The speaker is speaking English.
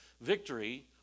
Victory